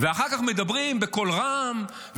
ואחר כך מדברים בקול רם,